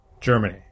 Germany